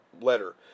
letter